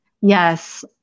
Yes